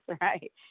right